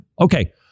Okay